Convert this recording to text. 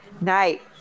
night